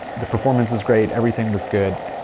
the performance is great, everything was good,